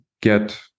get